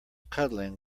cuddling